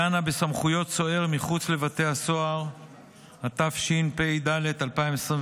הדנה בסמכויות סוהר מחוץ לבתי הסוהר התשפ"ד 2024,